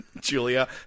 Julia